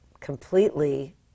completely